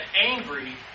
angry